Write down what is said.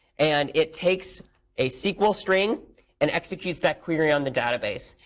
and it takes a sql string and executes that query on the database.